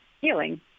healing